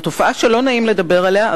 זו תופעה שלא נעים לדבר עליה,